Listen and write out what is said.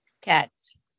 Cats